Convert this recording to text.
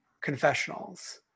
confessionals